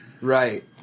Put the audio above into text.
right